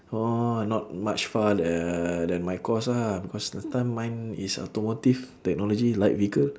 oh not much far uh than my course ah because last time mine is automotive technology light vehicle